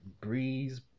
Breeze